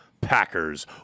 Packers